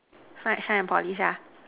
shine shine and polish ah